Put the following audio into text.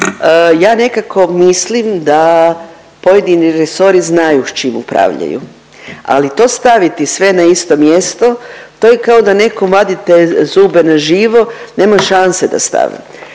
ja nekako mislim da pojedini resori znaju s čim upravljaju, ali to staviti sve na isto mjesto to je kao da nekom vadite zube na živo, nema šanse da stave.